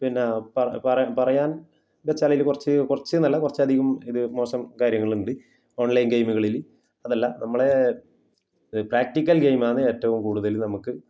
പിന്നെ പറയാൻ വച്ചാൽ അതിൽ കുറച്ച് കുറച്ച് എന്നല്ല കുറച്ച് അധികം ഇത് മോശം കാര്യങ്ങളുണ്ട് ഓൺലൈൻ ഗെയിമുകളിൽ അതല്ല നമ്മളെ പ്രാക്റ്റിക്കൽ ഗെയിം ആണ് ഏറ്റവും കൂടുതൽ നമ്മൾക്ക്